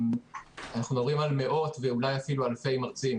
אנחנו מדברים על מאות ואולי אפילו אלפי מרצים